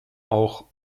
auch